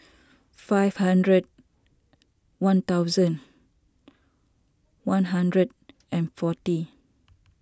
five hundred one thousand one hundred and forty